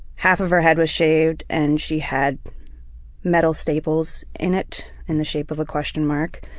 half of her head was shaved and she had metal staples in it in the shape of a question mark,